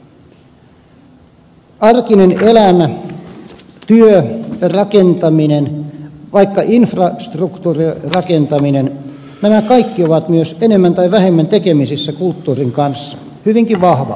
arkinen elämä työ rakentaminen vaikka infrastruktuurirakentaminen nämä kaikki ovat myös enemmän tai vähemmän tekemisissä kulttuurin kanssa hyvinkin vahvasti